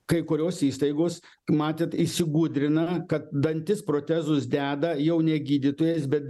kai kurios įstaigos matėt įsigudrina kad dantis protezus deda jau ne gydytojas bet